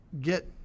get